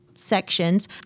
Sections